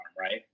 right